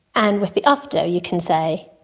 and with the ufto you can say,